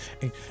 hey